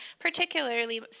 particularly